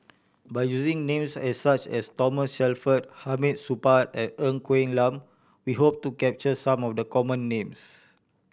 by using names such as Thomas Shelford Hamid Supaat and Ng Quee Lam we hope to capture some of the common names